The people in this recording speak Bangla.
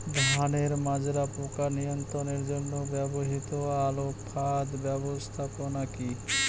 ধানের মাজরা পোকা নিয়ন্ত্রণের জন্য ব্যবহৃত আলোক ফাঁদ ব্যবস্থাপনা কি?